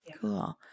Cool